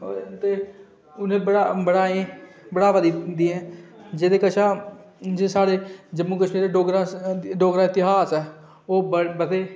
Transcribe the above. ते उन्नै गी बढ़ावा दिंदी ऐ जेह्दे कशा साढञे जम्मू कशमीर च डोगरा इतिहास ऐ ओह् बड़े